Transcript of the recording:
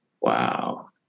Wow